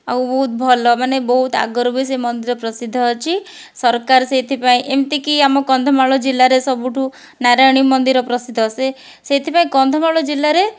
ଆଉ ବହୁତ ଭଲ ମାନେ ବହୁତ ଆଗରୁ ବି ସେ ମନ୍ଦିର ପ୍ରସିଦ୍ଧ ଅଛି ସରକାର ସେଇଥିପାଇଁ ଏମିତି କି ଆମ କନ୍ଧମାଳ ଜିଲ୍ଲାରେ ସବୁଠୁ ନାରାୟଣୀ ମନ୍ଦିର ପ୍ରସିଦ୍ଧ ସେ ସେଇଥିପାଇଁ କନ୍ଧମାଳ ଜିଲ୍ଲାରେ